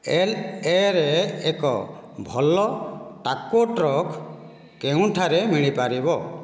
L A ରେ ଏକ ଭଲ ଟାକୋ ଟ୍ରକ୍ କେଉଁଠାରେ ମିଳିପାରିବ